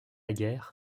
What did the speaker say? guerre